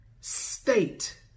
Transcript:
state